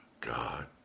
God